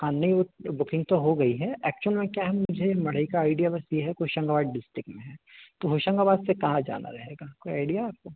हाँ नहीं वो बुकिंग तो हो गई है ऐक्चुअल में क्या है मुझे मढ़ई का आइडिया बस ये है कि होशंगाबाद डिस्ट्रिक में है तो होशंगाबाद से कहाँ जाना रहेगा कोई आइडिया है आपको